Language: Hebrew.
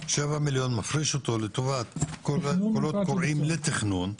7 מיליון ומפריש אותו לטובת קולות קוראים לתכנון,